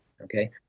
okay